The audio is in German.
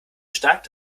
stark